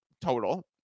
total